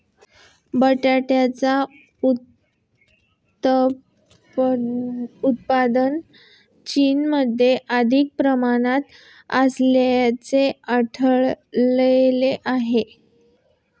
बटाट्याचे उत्पादन चीनमध्ये अधिक प्रमाणात असल्याचे आढळले आहे